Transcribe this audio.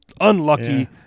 unlucky